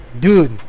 dude